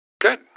Good